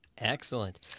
Excellent